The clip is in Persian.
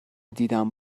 دیدم